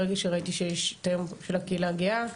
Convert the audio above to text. ברגע שראיתי שיש את היום של הקהילה הגאה,